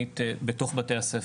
בתוך בתי הספר.